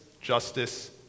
justice